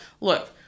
look